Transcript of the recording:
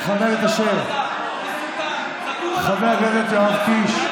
קודם שכשרציתם להגיע להסכמות,